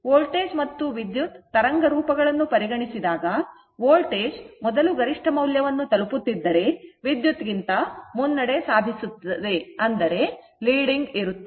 voltage ಮತ್ತು ವಿದ್ಯುತ್ ತರಂಗರೂಪಗಳನ್ನು ಪರಿಗಣಿಸಿದಾಗ ವೋಲ್ಟೇಜ್ ಮೊದಲು ಗರಿಷ್ಠ ಮೌಲ್ಯವನ್ನು ತಲುಪುತ್ತಿದ್ದರೆ ವಿದ್ಯುತ್ ಗಿಂತ ಮುನ್ನಡೆ ಸಾಧಿಸಿರುತ್ತದೆ